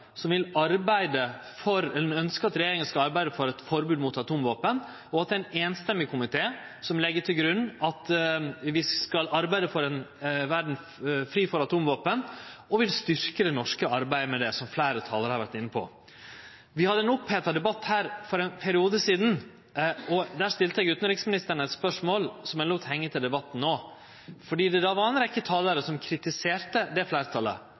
at regjeringa skal arbeide for eit forbod mot atomvåpen, og at det er ein samrøystes komité som legg til grunn at vi skal arbeide for ei verd fri for atomvåpen, og som vil styrkje det norske arbeidet med det – som fleire talarar har vore inne på. Vi hadde ein oppheta debatt her for ein periode sidan. Der stilte eg utanriksministeren eit spørsmål, som eg lét hengje til debatten no fordi det var ei rekkje talarar som kritiserte det fleirtalet.